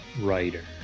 writer